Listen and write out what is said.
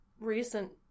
Recent